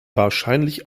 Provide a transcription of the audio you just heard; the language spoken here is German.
wahrscheinlich